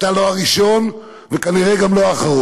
אתה לא הראשון וכנראה גם לא האחרון.